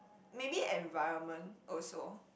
maybe environment also